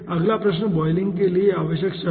अगला प्रश्न बॉयलिंग के लिए आवश्यक शर्त